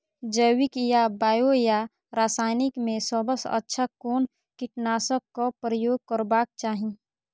जैविक या बायो या रासायनिक में सबसँ अच्छा कोन कीटनाशक क प्रयोग करबाक चाही?